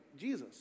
Jesus